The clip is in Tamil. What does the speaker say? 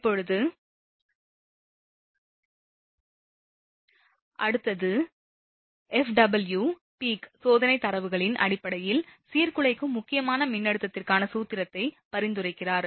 இப்போது அடுத்தது FW பீக் சோதனை தரவுகளின் அடிப்படையில் சீர்குலைக்கும் முக்கியமான மின்னழுத்தத்திற்கான சூத்திரத்தை பரிந்துரைத்திருக்கிறார்